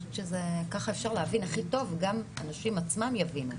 כך אפשר להבין הכי טוב וגם הנשים עצמן יבינו.